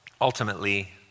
ultimately